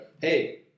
Hey